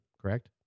correct